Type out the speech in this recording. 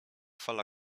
fala